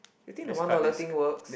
you think the one dollar thing works